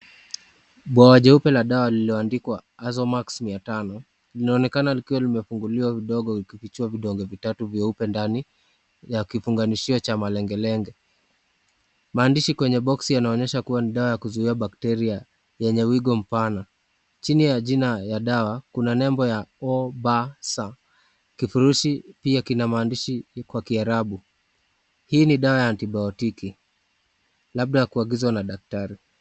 Bawa jeupe la dawa lililoandikwa Azomax 500 linaonekana likiwa limefunguliwa kidogo, likifichua vidonge vitatu vyeupe ndani ya kifunganishio cha malengelenge. Maandishi kwenye box yanaonyesha kuwa ni dawa ya kuzuia bacteria yenye wigo mpana. Chini ya jina ya dawa, kuna nembo ya OBAZAR . Kifurushi pia kina maandishi kwa kiarabu. Hii ni dawa ya antibiotic , labda kuagizwa na daktari.